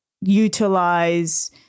utilize